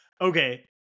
okay